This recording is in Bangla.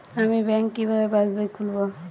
আমি ব্যাঙ্ক কিভাবে পাশবই খুলব?